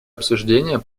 обсуждение